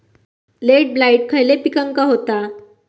Late blight खयले पिकांका होता?